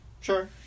Sure